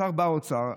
שר באוצר,